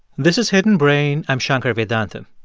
this is hidden brain. i'm shankar vedantam.